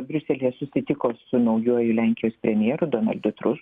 briuselyje susitiko su naujuoju lenkijos premjeru donaldu tru